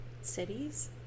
cities